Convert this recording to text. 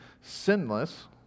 sinless